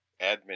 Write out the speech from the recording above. admin